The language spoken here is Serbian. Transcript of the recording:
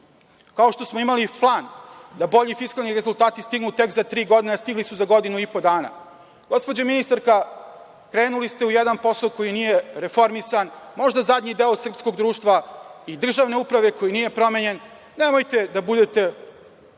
kao što smo imali plan da bolji fiskalni rezultati stignu tek za tri godine, a stigli su za godinu i po dana. Gospođo ministarka, krenuli ste u jedan posao koji nije reformisan, možda zadnji deo srpskog društva i državne uprave, koji nije promenjen, nemojte da budete